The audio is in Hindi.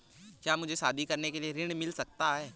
क्या मुझे शादी करने के लिए ऋण मिल सकता है?